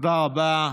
תודה רבה.